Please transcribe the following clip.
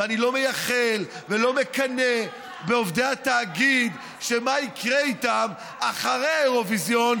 אני לא מייחל ולא מקנא בעובדי התאגיד מה יקרה איתם אחרי האירוויזיון,